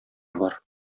бар